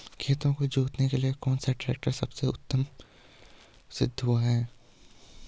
खेतों को जोतने के लिए कौन सा टैक्टर सबसे अच्छा उपयोगी सिद्ध हुआ है?